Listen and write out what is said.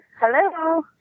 Hello